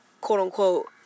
quote-unquote